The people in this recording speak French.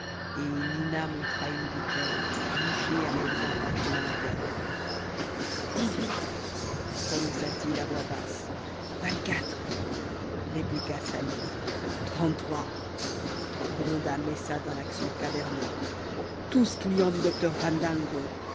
et lina montra une bouteille bouchée à l'aide d'un parchemin vert dix-huit prononça-t-il à voix basse vingt-quatre répliqua sali trente-trois gronda messa d'un accent caverneux tous clients du docteur